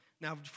Now